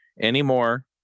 anymore